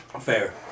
Fair